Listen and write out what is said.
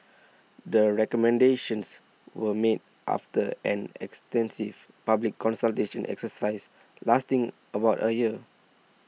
the recommendations were made after an extensive public consultation exercise lasting about a year